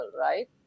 right